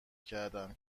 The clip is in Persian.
کردم